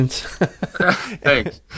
Thanks